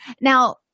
Now